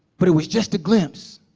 but it was just a glimpse.